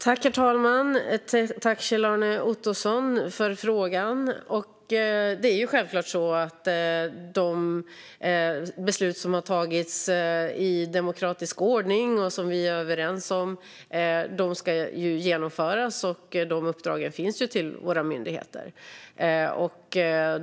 Herr talman! Jag tackar Kjell-Arne Ottosson för frågan. De beslut som har fattats i demokratisk ordning och som vi är överens om ska genomföras. De uppdragen finns till våra myndigheter.